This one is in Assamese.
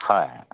হয়